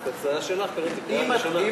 זאת הצעה שלך, קארין, זו קריאה הראשונה.